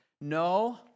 No